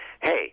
Hey